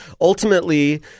ultimately